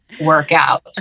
workout